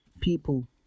people